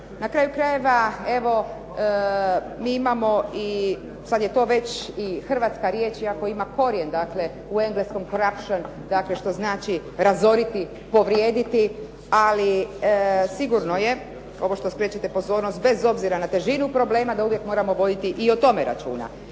Na kraju krajeva, evo mi imamo, sad je to već i hrvatska riječ, iako ima korijen, dakle u engleskom coruption, dakle što znači razoriti, povrijediti, ali sigurno je, ovo što skrećete pozornost, bez obzira na težinu problema da uvijek moramo voditi i o tome računa.